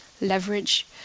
leverage